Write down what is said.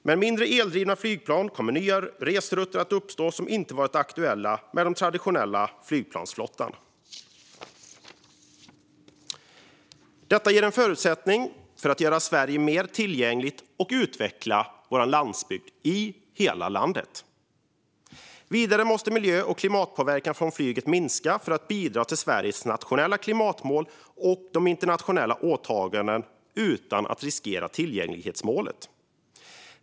Med mindre, eldrivna flygplan kommer nya resrutter att uppstå som inte varit aktuella med den traditionella flygplansflottan. Detta ger förutsättningar att göra Sverige mer tillgängligt och utveckla landsbygden i hela landet. Vidare måste miljö och klimatpåverkan från flyget minska för att bidra till Sveriges nationella klimatmål och internationella åtaganden utan att riskera tillgänglighetsmålet.